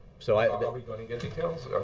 so i mean are we going to get details?